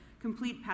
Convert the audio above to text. complete